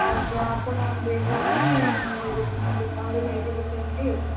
ଆଜ୍ଞା ଆପଣ ଦେଇଦିଅନ୍ତୁ ମୁଁ ମେଡ଼ିସିନ୍ ଦୋକାନରୁ ନେଇଯିବି କିଣିକି